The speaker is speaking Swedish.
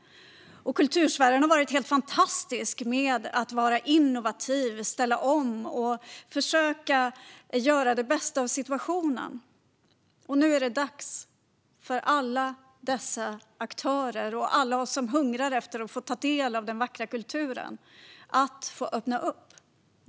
Kultursfären har varit helt fantastisk när det gäller att vara innovativ, ställa om och försöka göra det bästa av situationen. Nu är det dags för alla dessa aktörer och för alla oss som hungrar efter att få ta del av den vackra kulturen att få öppna upp.